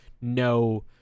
no